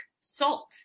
salt